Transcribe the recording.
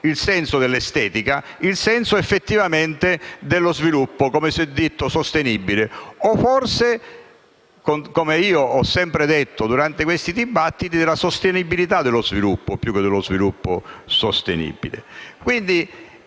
il senso dell'estetica e il senso dello sviluppo, come si è detto, sostenibile, o forse, come io ho sempre detto durante questi dibattiti, della sostenibilità dello sviluppo, più che dello sviluppo sostenibile.